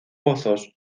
pozos